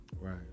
Right